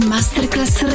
Masterclass